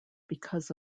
because